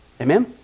Amen